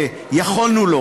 אדוני.